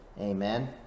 Amen